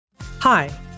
Hi